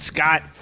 Scott